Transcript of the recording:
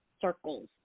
circles